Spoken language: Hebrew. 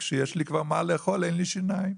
כשיש לי כבר מה לאכול אין לי שיניים.